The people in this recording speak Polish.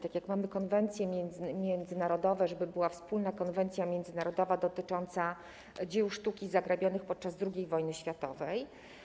Tak jak mamy konwencje międzynarodowe, żeby była wspólna konwencja międzynarodowa dotycząca dzieł sztuki zagrabionych podczas II wojny światowej.